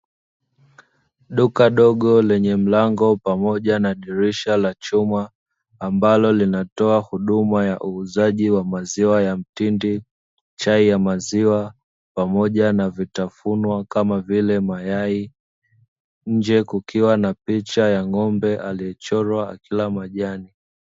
Duka dogo lenye mlango pamoja na dirisha la chuma ambalo linatoa huduma ya uuzaji wa maziwa ya mtindi, chai ya maziwa pamoja na vitafunwa kama vile mayai, nje kukiwa na picha ya ng’ombe aliyechorwa akila majani.